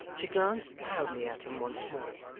she glanced proudly at him once more,